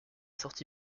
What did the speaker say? sorti